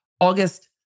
August